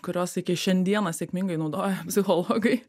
kuriuos iki šiandiena sėkmingai naudoja psichologai